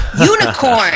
unicorn